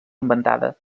inventada